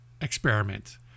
experiment